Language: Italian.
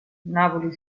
napoli